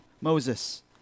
Moses